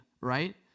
right